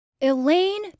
Elaine